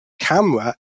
camera